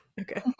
Okay